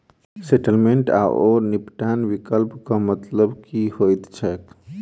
Settlement आओर निपटान विकल्पक मतलब की होइत छैक?